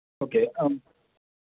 okay